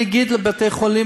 אלי בן-דהן,